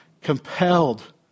Compelled